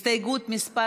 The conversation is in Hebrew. הסתייגות מס'